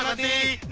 ah the